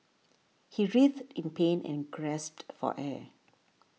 he writhed in pain and gasped for air